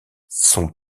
son